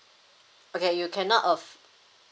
okay you cannot aff~